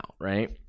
right